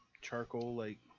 charcoal-like